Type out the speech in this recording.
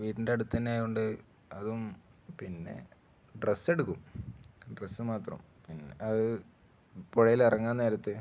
വീടിൻ്റെ അടുത്ത് തന്നെ ആയത് കൊണ്ട് അതും പിന്നെ ഡ്രസ്സ് എടുക്കും ഡ്രസ്സ് മാത്രം പിന്നെ അത് പുഴയിൽ ഇറങ്ങാൻ നേരത്ത്